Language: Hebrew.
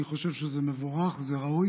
אני חושב שזה מבורך, זה ראוי.